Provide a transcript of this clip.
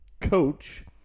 coach